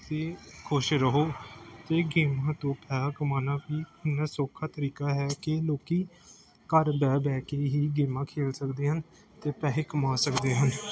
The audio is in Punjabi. ਅਤੇ ਖੁਸ਼ ਰਹੋ ਅਤੇ ਗੇਮਾਂ ਤੋਂ ਪੈਸਾ ਕਮਾਉਣਾ ਵੀ ਇੰਨਾ ਸੌਖਾ ਤਰੀਕਾ ਹੈ ਕਿ ਲੋਕ ਘਰ ਬਹਿ ਬਹਿ ਕੇ ਹੀ ਗੇਮਾਂ ਖੇਡ ਸਕਦੇ ਹਨ ਅਤੇ ਪੈਸੇ ਕਮਾ ਸਕਦੇ ਹਨ